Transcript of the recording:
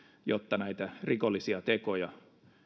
jotta näitä rikollisia tekoja